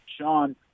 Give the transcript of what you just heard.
Sean